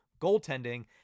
goaltending